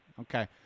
Okay